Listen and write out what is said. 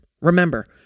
Remember